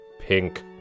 pink